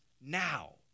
now